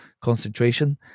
concentration